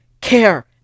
care